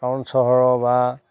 কাৰণ চহৰৰ বা